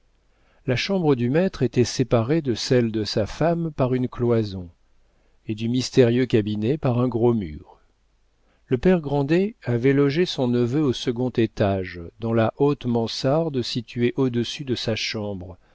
la chambre du maître était séparée de celle de sa femme par une cloison et du mystérieux cabinet par un gros mur le père grandet avait logé son neveu au second étage dans la haute mansarde située au-dessus de sa chambre